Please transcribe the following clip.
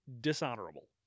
dishonorable